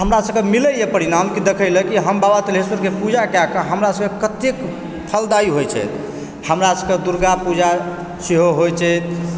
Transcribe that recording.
हमरा सबके मिलैए परिणाम कि देखए लए कि हम बाबा तिल्हेश्वर कऽ पूजा कए कऽ हमरासँ कतेक फलदायी होइ छै हमरा सबकेँ दुर्गा पूजा सेहो होइ छै